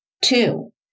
Two